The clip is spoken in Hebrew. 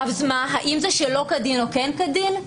האם זה שלא כדין או כן כדין?